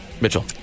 Mitchell